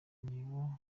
nibo